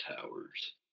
Towers